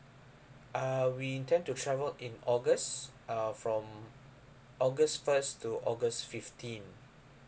uh we intend to travel in august uh from august first to august fifteen